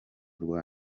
rwa